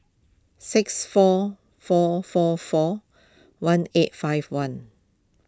six four four four one eight five one